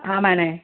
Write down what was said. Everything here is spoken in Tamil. ஆமாண்ணே